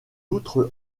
outre